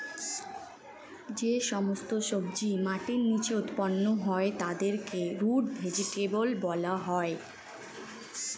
যে সমস্ত সবজি মাটির নিচে উৎপন্ন হয় তাদেরকে রুট ভেজিটেবল বলা হয়